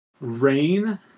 rain